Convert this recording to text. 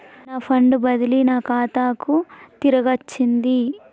నా ఫండ్ బదిలీ నా ఖాతాకు తిరిగచ్చింది